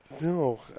No